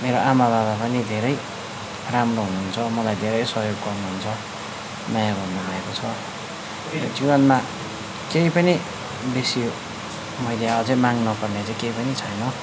मेरो आमा बाबा पनि धेरै राम्रो हुनुहुन्छ मलाई धेरै सहयोग गर्नुहुन्छ माया गर्नु भएको छ जीवनमा केही पनि बेसी मैले अझै माग्नु पर्ने चाहिँ केही पनि छैन